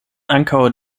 ankaŭ